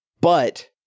But-